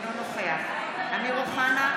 אינו נוכח אמיר אוחנה,